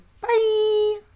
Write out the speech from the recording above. Bye